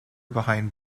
behind